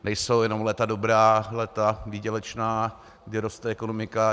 Nejsou jenom léta dobrá, léta výdělečná, kdy roste ekonomika.